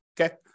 okay